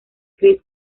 chris